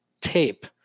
tape